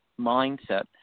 mindset